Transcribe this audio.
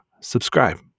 subscribe